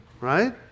Right